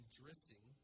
drifting